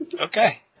Okay